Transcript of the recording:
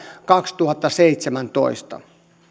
kaksituhattaseitsemäntoista